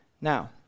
Now